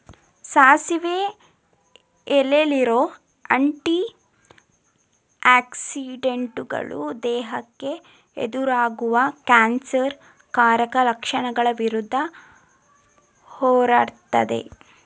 ಸಾಸಿವೆ ಎಲೆಲಿರೋ ಆಂಟಿ ಆಕ್ಸಿಡೆಂಟುಗಳು ದೇಹಕ್ಕೆ ಎದುರಾಗುವ ಕ್ಯಾನ್ಸರ್ ಕಾರಕ ಕಣಗಳ ವಿರುದ್ಧ ಹೋರಾಡ್ತದೆ